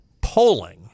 polling